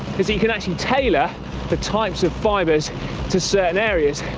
is that you can actually tailor the types of fibers to certain areas.